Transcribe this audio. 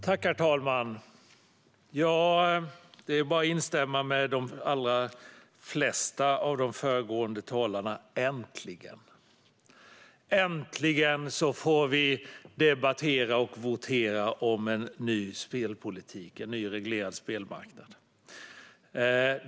Herr talman! Jag kan bara instämma med de flesta av de föregående talarna och säga: Äntligen! Äntligen får vi debattera och votera om en ny spelpolitik och en ny reglerad spelmarknad.